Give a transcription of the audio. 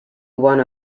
one